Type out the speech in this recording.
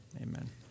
amen